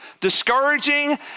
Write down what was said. discouraging